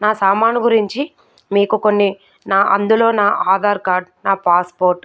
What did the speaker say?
నా సామాను గురించి మీకు కొన్ని నా అందులో నా ఆధార్ కార్డ్ నా పాస్పోర్ట్